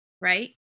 right